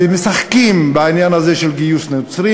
ומשחקים בעניין הזה של גיוס נוצרים.